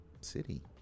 city